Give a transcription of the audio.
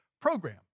program